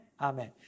Amen